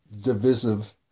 divisive